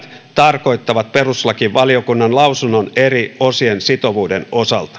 tarkoittavat perustuslakivaliokunnan lausunnon eri osien sitovuuden osalta